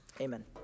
amen